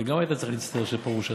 אתה גם היית צריך להצטער שפרוש עזב.